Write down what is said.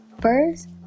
first